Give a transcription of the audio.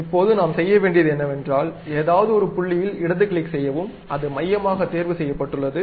இப்போது நாம் செய்ய வேண்டியது என்னவென்றால் ஏரதாவது ஒரு புள்ளியில் இடது கிளிக் செய்யவும் அது மையமாக தேர்வு செய்யப்பட்டுள்ளது